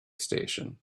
station